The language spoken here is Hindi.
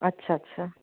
अच्छा अच्छा